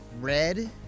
Red